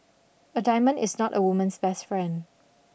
a diamond is not a woman's best friend